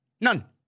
None